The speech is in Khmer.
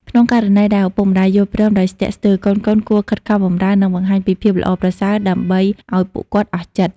ក្នុងករណីដែលឪពុកម្ដាយយល់ព្រមដោយស្ទាក់ស្ទើរ កូនៗគួរខិតខំបម្រើ និងបង្ហាញពីភាពល្អប្រសើរដើម្បីឱ្យពួកគាត់អស់ចិត្ត។